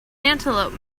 antelope